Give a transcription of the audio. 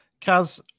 Kaz